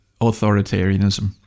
authoritarianism